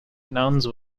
nouns